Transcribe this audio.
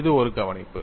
இது ஒரு கவனிப்பு